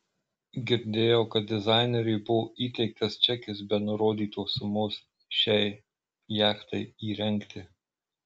girdėjau kad dizaineriui buvo įteiktas čekis be nurodytos sumos šiai jachtai įrengti